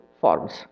forms